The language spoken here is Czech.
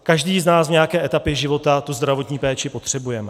Každý z nás v nějaké etapě života zdravotní péči potřebujeme.